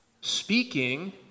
speaking